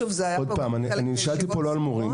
שוב זה היה כאן כחלק מישיבות --- אני שאלתי פה לא על מורים,